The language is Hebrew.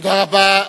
תודה רבה.